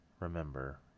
remember